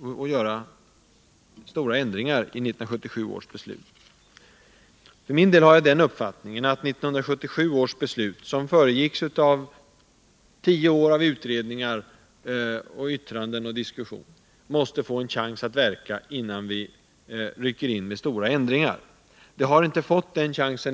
och att vi således skall göra stora ändringar i 1977 års beslut. För min del har jag den uppfattningen, att de reformer vi då fattade beslut om och som föregicks av tio år av utredningsarbete, yttranden och diskussioner, måste få en chans att verka innan vi gör några större ändringar. De har ännu inte fått den chansen.